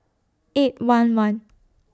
eight one one